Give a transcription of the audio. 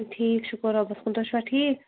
ٹھیٖک شُکُر رۅبَس کُن تُہۍ چھِوا ٹھیٖک